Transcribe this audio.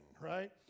right